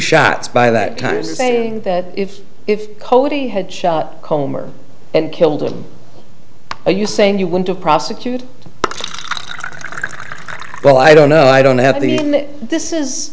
shots by that time saying that if cody had shot homer and killed him are you saying you want to prosecute well i don't know i don't have the this is